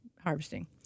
harvesting